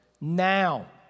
Now